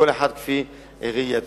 כל אחד כפי ראייתו.